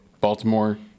Baltimore